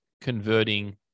converting